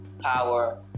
power